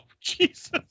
Jesus